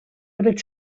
dret